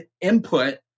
input